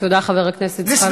תודה רבה, חבר הכנסת זחאלקה.